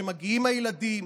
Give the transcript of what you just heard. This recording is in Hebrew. כשמגיעים הילדים,